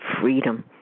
freedom